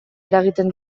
eragiten